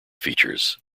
features